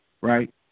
Right